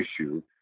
issue